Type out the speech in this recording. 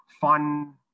fun